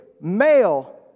male